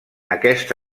aquest